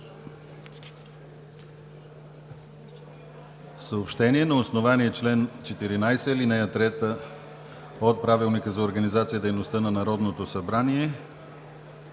Съобщение: На основание чл. 14, ал. 3 от Правилника за организацията и дейността на Народното събрание